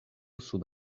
sub